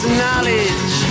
knowledge